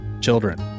children